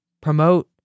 promote